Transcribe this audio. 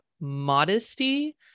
modesty